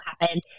happen